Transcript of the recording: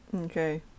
Okay